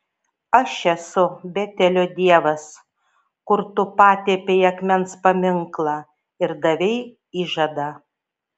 aš esu betelio dievas kur tu patepei akmens paminklą ir davei įžadą